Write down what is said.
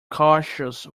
cautious